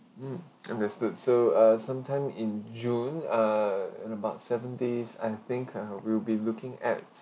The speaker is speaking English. mm understood so uh sometime in june uh and about seven days I think uh we'll be looking at